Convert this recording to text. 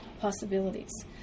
possibilities